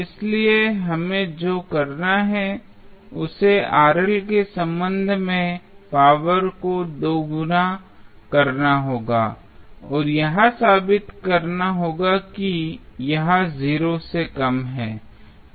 इसलिए हमें जो करना है उसे के संबंध में पावर को दोगुना करना होगा और यह साबित करना होगा कि यह 0 से कम है